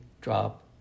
drop